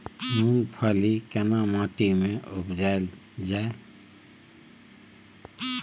मूंगफली केना माटी में उपजायल जाय?